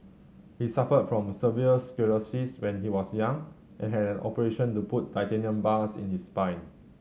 he suffered from severe sclerosis when he was young and had an operation to put titanium bars in his spine